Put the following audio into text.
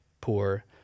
poor